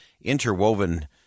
interwoven